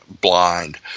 Blind